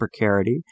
precarity